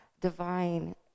divine